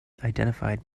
identified